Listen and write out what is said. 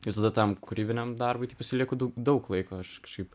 visada tam kūrybiniam darbui tai pasilieku daug daug laiko aš kažkaip